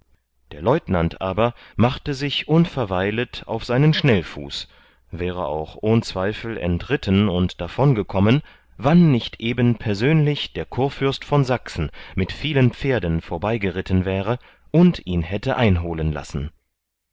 der leutenant aber machte sich unverweilet auf seinen schnellfuß wäre auch ohn zweifel entritten und davonkommen wann nicht eben persönlich der kurfürst zu sachsen mit vielen pferden vorbeigeritten wäre und ihn hätte einholen lassen